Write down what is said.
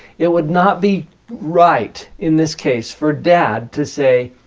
it would not be right in this case for dad to say,